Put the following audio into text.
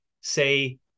say